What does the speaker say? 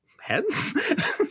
heads